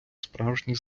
справжній